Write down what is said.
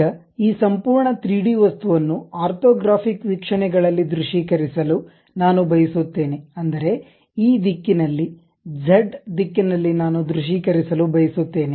ಈಗ ಈ ಸಂಪೂರ್ಣ 3ಡಿ ವಸ್ತುವನ್ನು ಆರ್ಥೋಗ್ರಾಫಿಕ್ ವೀಕ್ಷಣೆಗಳಲ್ಲಿ ದೃಶ್ಯೀಕರಿಸಲು ನಾನು ಬಯಸುತ್ತೇನೆ ಅಂದರೆ ಈ ದಿಕ್ಕಿನಲ್ಲಿ ಝೆಡ್ ದಿಕ್ಕಿನಲ್ಲಿ ನಾನು ದೃಶ್ಯೀಕರಿಸಲು ಬಯಸುತ್ತೇನೆ